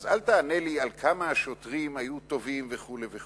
אל תענה לי כמה השוטרים היו טובים וכו';